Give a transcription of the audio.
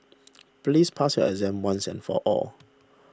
please pass your exam once and for all